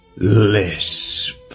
Lisp